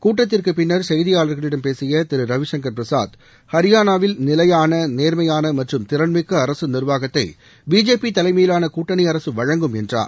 கூட்டத்திற்கு பின்னர் செய்தியாளர்களிடம் பேசிய திரு ரவிசங்கர் பிரசாத் ஹரியானாவில் நிலையான நேர்மையான மற்றும் திறன்மிக்க அரசு நிர்வாகத்தை பிஜேபி தலைமையிலான கூட்டணி அரசு வழங்கும் என்றார்